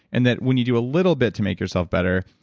and that when you do a little bit to make yourself better,